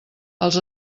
els